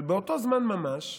אבל באותו זמן ממש,